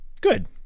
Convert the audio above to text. Good